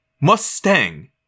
Mustang